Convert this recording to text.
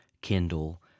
Kindle